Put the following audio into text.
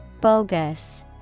Bogus